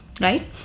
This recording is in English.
Right